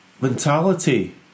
mentality